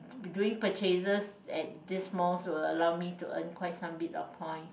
be doing purchases these malls will allow me to earn quite some bit of points